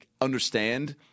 understand